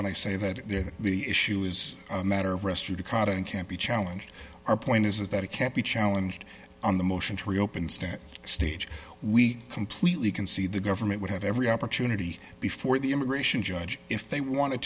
when i say that the issue is a matter of rest you caught and can't be challenged our point is that it can't be challenged on the motion to reopen stand stage we completely can see the government would have every opportunity before the immigration judge if they wanted